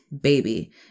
Baby